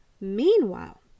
Meanwhile